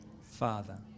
Father